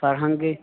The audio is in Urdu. فرہنگ